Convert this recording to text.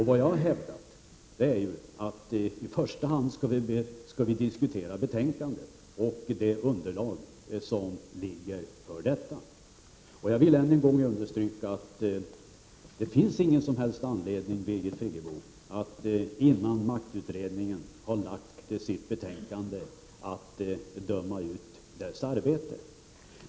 Vad jag har hävdat är att vi i första hand skall diskutera betänkandet och det underlag som föreligger för detta. Än en gång vill jag understryka att det inte finns någon som helst anledning, Birgit Friggebo, att döma ut maktutredningens arbete innan utredningen har lagt fram sitt betänkande.